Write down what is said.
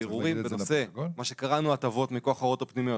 וערעורים בנושא של מה שקראנו: "הטבות מכוח ההוראות הפנימיות",